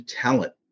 talent